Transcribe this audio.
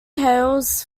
hails